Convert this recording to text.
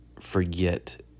forget